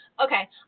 Okay